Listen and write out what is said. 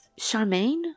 Charmaine